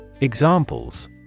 Examples